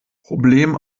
problem